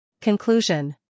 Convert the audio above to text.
Conclusion